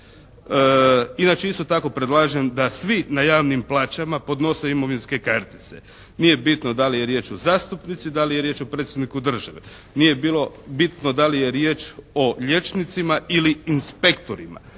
Inače isto tako predlažem da svi na javnim plaćama podnose imovinske kartice. Nije bitno da li je riječ o zastupnici, da li je riječ o predsjedniku države. Nije bilo bitno da li je riječ o liječnicima ili inspektorima.